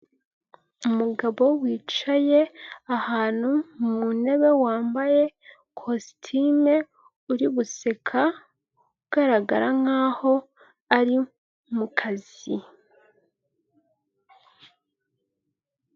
Umugabo wicaye ahantu mu ntebe wambaye kositimu uri guseka, ugaragara nkaho ari mukazi.